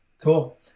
Cool